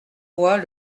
voix